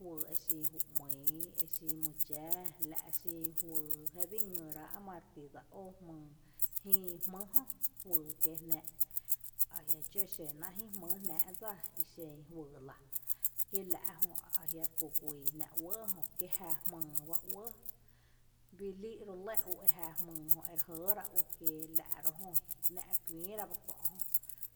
Juyy exin juyy ‘mýy, exin mydxáa la’ xin juyy jé bii ngyrá’ mare ti dsa ó jmyy jïï jmý jö juyy kieejnⱥⱥ’ ajia’ dxǿ xená’a’ jï jmý jö dsa ixen juyy lⱥ kí la’ jö ajiä’ reku guy jnáa’ uɇɇ jö kí la’ jö jmyy bá uɇɇ bii lii’ ro lɇ ere jⱥ jmyy jö ere jɇɇ ra ú, kiela’ ro’ jö ‘ná’ re kuïïra bá kö’ jö